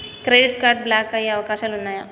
Credit card block అయ్యే అవకాశాలు ఉన్నయా?